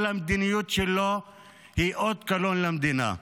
כל המדיניות שלו הן אות קלון למדינה.